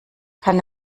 kann